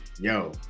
Yo